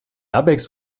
airbags